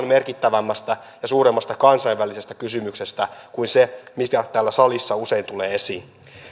merkittävämmästä ja suuremmasta kansainvälisestä kysymyksestä kuin se mikä täällä salissa usein tulee esiin